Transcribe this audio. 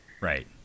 Right